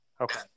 Okay